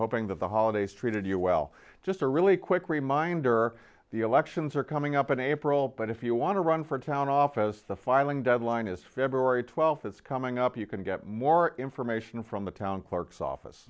hoping that the holidays treated you well just a really quick reminder the elections are coming up in april but if you want to run for town office the filing deadline is february th is coming up you can get more information from the town clerk's office